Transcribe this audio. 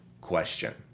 question